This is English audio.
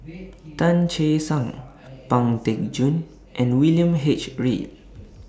Tan Che Sang Pang Teck Joon and William H Read